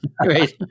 Right